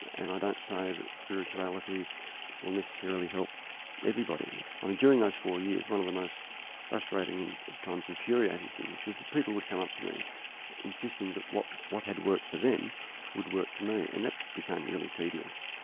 and i don't say that spirituality will necessarily help everybody. i mean during those four years one of the most frustrating and at times infuriating things was that people would come up to me insisting that what what had worked for them would work for me and that became really tedious.